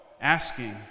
Asking